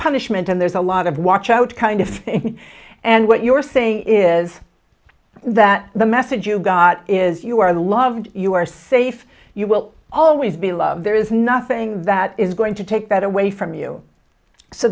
punishment and there's a lot of watch out kind of thing and what you're saying is that the message you've got is you are loved you are safe you will always be loved there is nothing that is going to take that away from you so